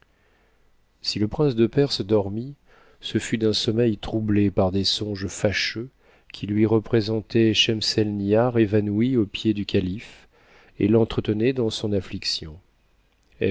si le prince de perse dormit ce fut d'un sommeil troublé par des songes fâcheux qui lui représentaient schemselnihar évanouie aux pieds tu calife et l'entretenaient dans son amiction